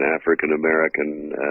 African-American